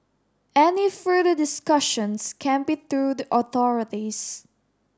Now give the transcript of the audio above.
any further discussions can be through the authorities